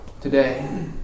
Today